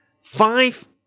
five